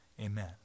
amen